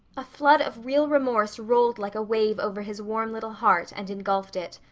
a flood of real remorse rolled like a wave over his warm little heart and engulfed it.